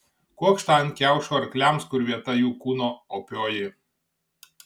kuokštą ant kiaušo arkliams kur vieta jų kūno opioji